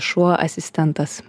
šuo asistentas